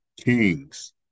kings